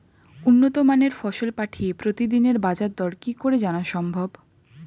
উন্নত মানের ফসল পাঠিয়ে প্রতিদিনের বাজার দর কি করে জানা সম্ভব?